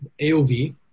AOV